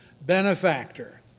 benefactor